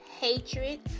hatred